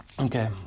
Okay